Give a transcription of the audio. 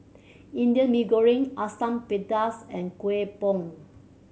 Indian Mee Goreng Asam Pedas and Kueh Bom